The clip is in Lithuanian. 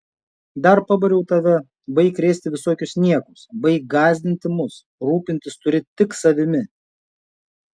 dar pabariau tave baik krėsti visokius niekus baik gąsdinti mus rūpintis turi tik savimi